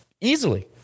Easily